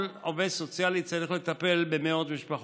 כל עובד סוציאלי צריך לטפל במאות משפחות.